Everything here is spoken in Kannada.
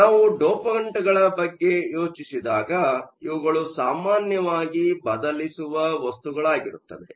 ಆದ್ದರಿಂದ ನಾವು ಡೋಪಂಟ್ಗಳ ಬಗ್ಗೆ ಯೋಚಿಸಿದಾಗ ಇವುಗಳು ಸಾಮಾನ್ಯವಾಗಿ ಬದಲಿಸುವ ವಸ್ತುಗಳಾಗಿರುತ್ತವೆ